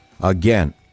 Again